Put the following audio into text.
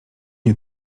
nie